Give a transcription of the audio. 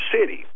city